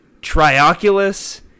Trioculus